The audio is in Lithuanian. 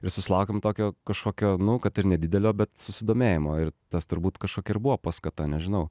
ir susilaukėm tokio kažkokio nu kad ir nedidelio bet susidomėjimo ir tas turbūt kažkokia ir buvo paskata nežinau